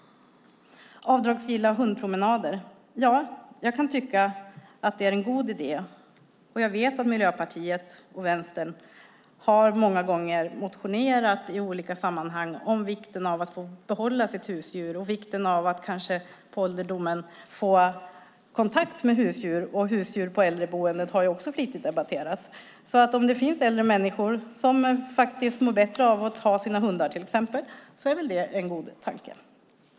Avdragsgilla hundpromenader: Ja, jag kan tycka att det är en god idé. Jag vet att Miljöpartiet och Vänstern många gånger har motionerat i olika sammanhang om vikten av att få behålla sitt husdjur. Vikten av att på ålderdomen få kontakt med husdjur och husdjur på äldreboenden har också flitigt debatterats. Om det finns äldre människor som mår bättre av att ha sina hundar är det väl en god tanke.